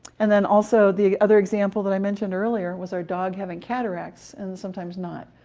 and then also, the other example that i mentioned earlier, was our dog having cataracts and sometimes not.